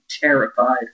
terrified